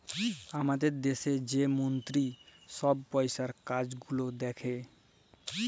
আমাদের দ্যাশে যে মলতিরি ছহব পইসার কাজ গুলাল দ্যাখে